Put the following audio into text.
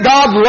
God